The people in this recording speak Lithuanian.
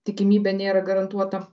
tikimybė nėra garantuota